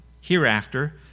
hereafter